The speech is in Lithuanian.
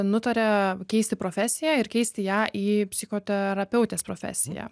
nutarė keisti profesiją ir keisti ją į psichoterapeutės profesiją